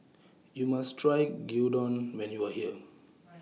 YOU must Try Gyudon when YOU Are here